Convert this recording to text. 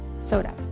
soda